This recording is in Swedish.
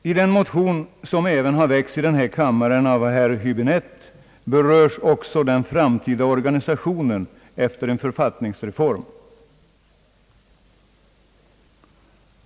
I en motion, som även har väckts i denna kammare av herr Höäbinette, berörs också den framtida organisationen efter en författningsreform.